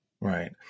Right